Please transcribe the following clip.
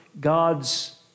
God's